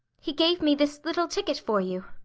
he gave me this little ticket for you.